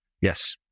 Yes